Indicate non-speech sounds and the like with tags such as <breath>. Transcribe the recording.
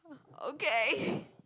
okay <breath>